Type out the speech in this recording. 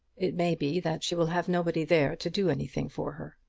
it may be that she will have nobody there to do anything for her.